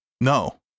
no